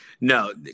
No